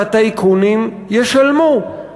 שהטייקונים ישלמו.